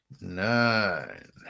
nine